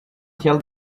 help